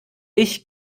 ich